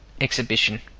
exhibition